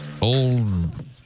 Old